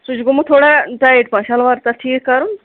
سُہ چھُ گوٚمُت تھوڑا ٹایِٹ پہم شَلوار چھُ تَتھ ٹھیٖک کرُن